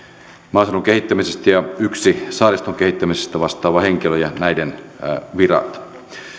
maaseudun kehittämisestä vastaavaa ja yksi saariston kehittämisestä vastaava henkilö ja näiden virat